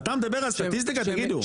אתה מדבר על סטטיסטיקה תגידו?